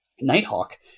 Nighthawk